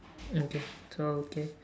okay so okay